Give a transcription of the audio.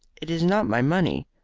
it is not my money.